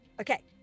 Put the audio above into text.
okay